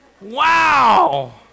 wow